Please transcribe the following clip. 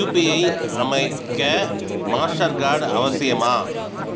UPI அமைக்க Mastercard அவசியமா